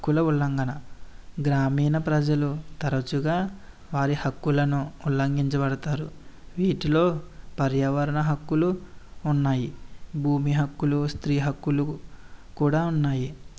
హక్కుల ఉల్లంఘన గ్రామీణ ప్రజలు తరచుగా వారి హక్కులను ఉల్లంఘించబడతారు వీటిలో పర్యావరణ హక్కులు ఉన్నాయి భూమి హక్కులు స్త్రీ హక్కులు కూడా ఉన్నాయి